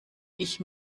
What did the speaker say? ich